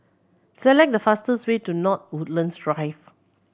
select the fastest way to North Woodlands Drive